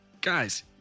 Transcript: guys